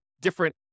different